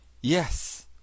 Yes